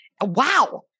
wow